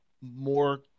more